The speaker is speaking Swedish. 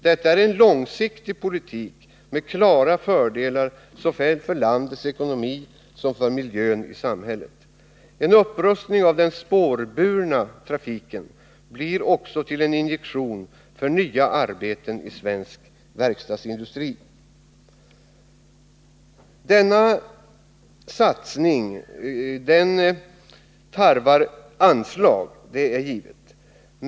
Detta är en långsiktig politik med klara fördelar såväl för landets ekonomi som för miljön i samhället. En upprustning av den spårburna trafiken blir också en Denna satsning tarvar givetvis anslag.